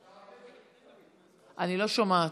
תודה,